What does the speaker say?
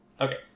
Okay